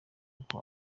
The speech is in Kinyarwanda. uko